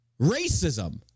Racism